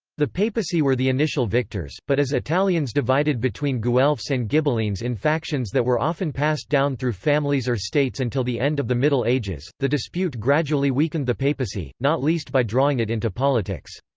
the papacy were the initial victors, but as italians divided between guelphs and ghibellines in factions that were often passed down through families or states until the end of the middle ages, the dispute gradually weakened the papacy, not least by drawing it into politics.